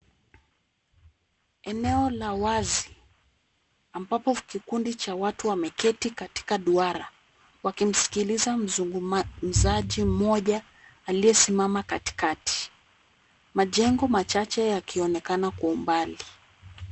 Eneo la wazi, ambapo kikundi cha watu wameketi katika duara, wakimsikiliza mzungumzaji mmoja aliyesimama katikati. Majengo machache yakionekana kwa umbali.